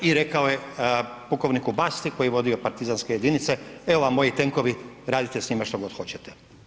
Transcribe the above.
I rekao je pukovniku BAsti koji je vodio partizanske jedinice, evo vam moji tenkovi radite s njima što god hoćete.